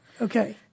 Okay